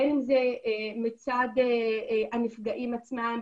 בין אם זה מצד הנפגעים עצמם,